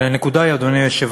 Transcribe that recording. אבל הנקודה היא, אדוני היושב-ראש,